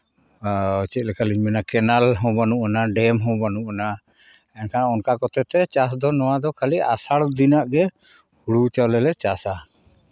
ᱪᱮᱫ ᱞᱮᱠᱟᱞᱤᱧ ᱢᱮᱱᱟ ᱠᱮᱱᱮᱞ ᱦᱚᱸ ᱵᱟᱹᱱᱩᱜ ᱟᱱᱟ ᱰᱮᱢ ᱦᱚᱸ ᱵᱟᱹᱱᱩᱜ ᱟᱱᱟ ᱮᱱᱠᱷᱟᱱ ᱚᱱᱠᱟ ᱠᱚᱛᱮ ᱛᱮ ᱪᱟᱥ ᱫᱚ ᱱᱚᱣᱟ ᱫᱚ ᱠᱷᱟᱹᱞᱤ ᱟᱥᱟᱲ ᱫᱤᱱᱟᱜ ᱜᱮ ᱦᱩᱲᱩ ᱪᱟᱣᱞᱮ ᱞᱮ ᱪᱟᱥᱟ